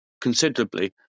considerably